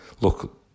Look